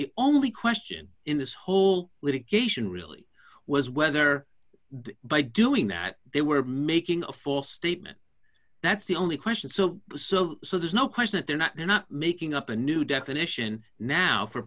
the only question in this whole litigation really was whether by doing that they were making a false statement that's the only question so so so there's no question that they're not they're not making up a new definition now for